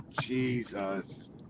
Jesus